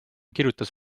kirjutas